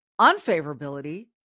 unfavorability